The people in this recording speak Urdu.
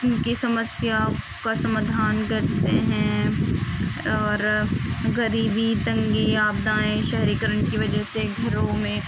ان کی سمسیا کا سمادھان کرتے ہیں اور غریبی تنگی آپدائیں شہریکرن کی وجہ سے گھروں میں